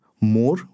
more